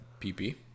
PP